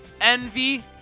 Envy